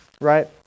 right